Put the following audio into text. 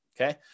okay